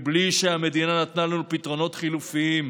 בלי שהמדינה נתנה לנו פתרונות חלופיים.